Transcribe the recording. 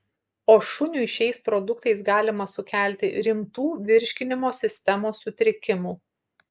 o šuniui šiais produktais galima sukelti rimtų virškinimo sistemos sutrikimų